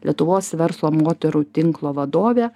lietuvos verslo moterų tinklo vadovė